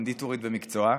קונדיטורית במקצועה.